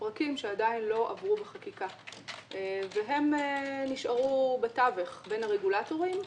עדיין לא עברו בחקיקה והם נשארו בתווך בין הרגולטורים.